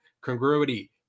Congruity